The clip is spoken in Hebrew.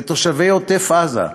לתושבי עוטף-עזה,